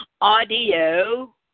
audio